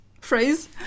phrase